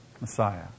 Messiah